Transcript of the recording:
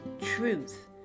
truth